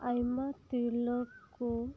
ᱟᱭᱢᱟ ᱛᱤᱨᱞᱟᱹ ᱠᱚ